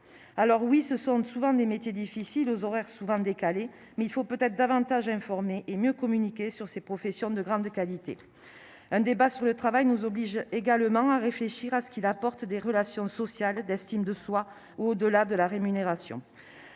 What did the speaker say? pourvus. Oui, il s'agit souvent de métiers difficiles, aux horaires décalés, mais il faut peut-être informer davantage et mieux communiquer sur ces professions de grande qualité. Un débat sur le travail nous oblige également à réfléchir à ce que celui-ci apporte en fait de relations sociales et d'estime de soi, au-delà de la rémunération.